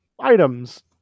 items